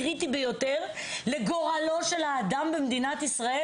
הקריטי ביותר לגורלו של האדם במדינת ישראל